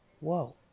Whoa